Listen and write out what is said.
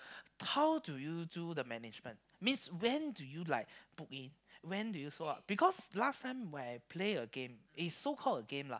how do you do the management means when do you like book in when do you sold out because last time when I play a game so called a game lah